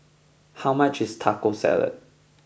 how much is Taco Salad